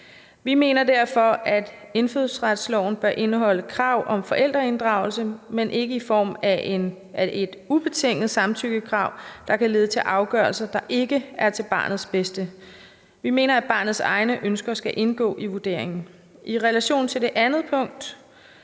Vi mener derfor, at indfødsretsloven bør indeholde krav om forældreinddragelse, men ikke i form af et ubetinget samtykkekrav, der kan lede til afgørelser, der ikke er til barnets bedste. Vi mener, at barnets egne ønsker skal indgå i vurderingen. I relation til det andet punkt,